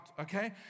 okay